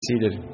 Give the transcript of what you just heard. Seated